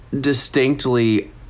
distinctly